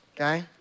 okay